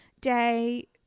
day